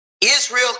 Israel